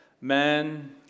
man